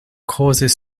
causes